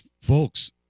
Folks